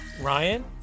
Ryan